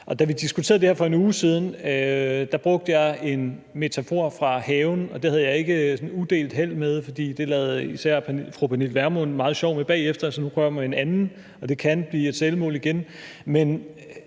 Da vi diskuterede det her for en uge siden, brugte jeg en metafor fra haven, og det havde jeg ikke sådan udelt held med, for det lavede især fru Pernille Vermund meget sjov med bagefter. Så nu kommer jeg med en anden, og det kan blive et selvmål igen: